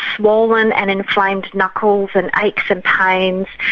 swollen and inflamed knuckles and aches and pains,